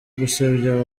gusebya